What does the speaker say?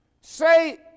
Say